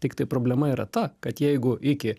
tiktai problema yra ta kad jeigu iki